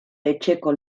etxeko